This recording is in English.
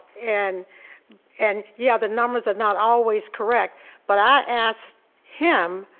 and and yeah the numbers are not always correct but i ask him,